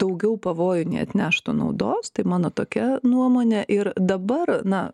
daugiau pavojų nei atneštų naudos tai mano tokia nuomonė ir dabar na